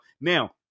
now